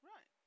Right